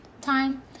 time